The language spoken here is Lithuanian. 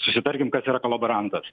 susitarkim kas yra kolaborantas